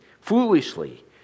foolishly